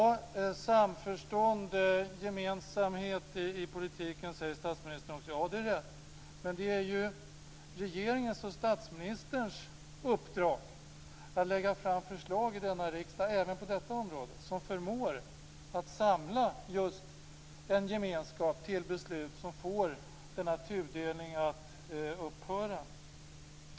Vi ska ha samförstånd och gemenskap i politiken, säger statsministern också. Ja, det är riktigt. Men det är ju regeringens och statsministerns uppdrag att även på detta område lägga fram förslag i denna riksdag som förmår samla just en gemenskap till beslut som får denna tudelning att upphöra.